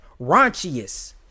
Raunchiest